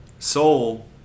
Soul